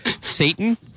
Satan